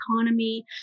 economy